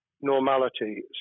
normality